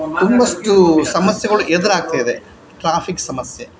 ತುಂಬಷ್ಟು ಸಮಸ್ಯೆಗಳು ಎದುರಾಗ್ತಿದೆ ಟ್ರಾಫಿಕ್ ಸಮಸ್ಯೆ